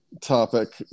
topic